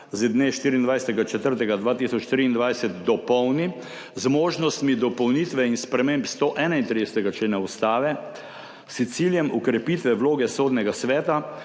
z dne 24. 4. 2023 dopolni z možnostmi dopolnitve in sprememb 131. člena Ustave, s ciljem okrepitve vloge Sodnega sveta